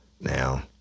now